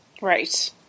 Right